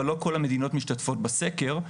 אבל לא כל המדינות משתתפות בסקר.